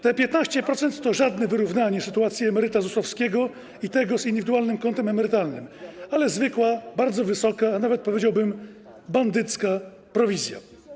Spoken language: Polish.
Te 15% to żadne wyrównanie sytuacji emeryta ZUS-owskiego i tego z indywidualnym kontem emerytalnym, ale zwykła, bardzo wysoka, a nawet - powiedziałbym - bandycka prowizja.